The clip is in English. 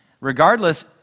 regardless